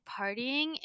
partying